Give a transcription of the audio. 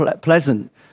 pleasant